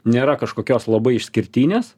nėra kažkokios labai išskirtinės